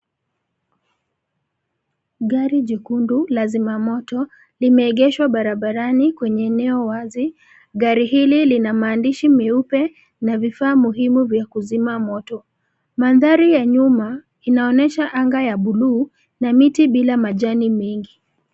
Gari jekundu la zima moto, limeegeshwa barabarani kwenye eneo wazi. Gari hili lina maandishi meupe na vifaa muhimu vya kuzima moto. Mandhari ya nyuma inaonyesha anga ya buluu na miti bila majani mengi.